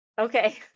Okay